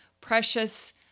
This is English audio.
precious